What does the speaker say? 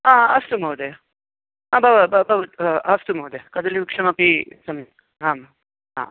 हा अस्तु महोदय ब अस्तु महोदय कदलीवृक्षमपि सम्यक् आम् हा